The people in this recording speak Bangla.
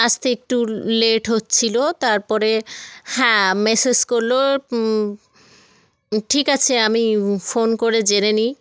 আসতে একটু লেট হচ্ছিল তারপরে হ্যাঁ মেসেজ করলো ঠিক আছে আমি ফোন করে জেনে নিই